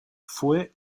fue